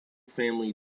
family